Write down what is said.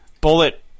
Bullet